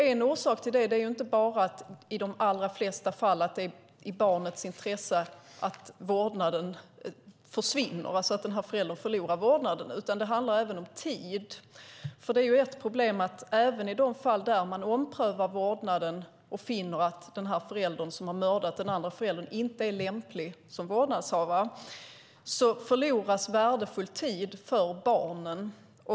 En orsak till det är inte bara att det i de allra flesta fall är i barnets intresse att föräldern förlorar vårdnaden. Det handlar även om tid. Det är ett problem att även i de fall där man omprövar vårdnaden och finner att den förälder som mördat den andra föräldern inte är lämplig som vårdnadshavare förloras värdefull tid för barnen.